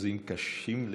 אגוזים קשים לפיצוח.